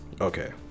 Okay